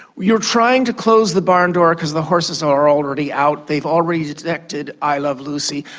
you are trying to close the barn door because the horses are already out, they've already detected i love lucy,